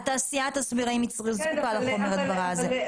התעשייה תסביר האם זקוקה לחומר ההדברה הזה.